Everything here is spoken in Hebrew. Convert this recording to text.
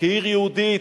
כעיר יהודית,